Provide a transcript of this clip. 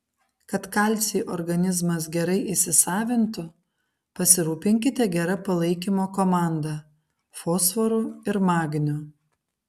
kad kalcį organizmas gerai įsisavintų pasirūpinkite gera palaikymo komanda fosforu ir magniu